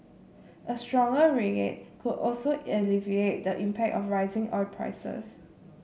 a stronger ringgit could also alleviate the impact of rising oil prices